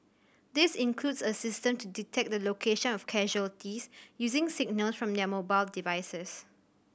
this includes a system to detect the location of casualties using signals from their mobile devices